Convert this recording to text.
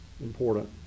important